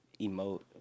emote